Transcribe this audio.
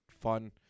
fun